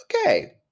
Okay